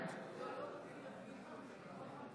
בעד עמיחי שיקלי, אינו נוכח האם יש חברי